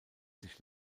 sich